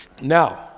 Now